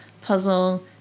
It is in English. puzzle